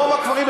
רוב הכפרים,